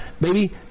baby